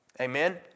Amen